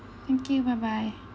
thank you bye bye